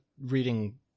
reading